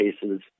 cases